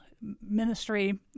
ministry